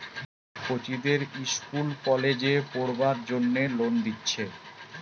কচিদের ইস্কুল কলেজে পোড়বার জন্যে লোন দিচ্ছে